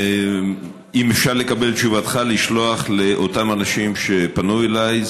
אם אפשר לקבל את תשובתך כדי לשלוח לאותם אנשים שפנו אליי,